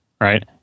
right